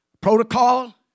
Protocol